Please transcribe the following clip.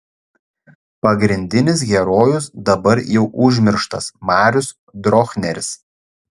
pagrindinis herojus dabar jau užmirštas marius drochneris